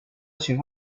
情况